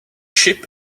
ship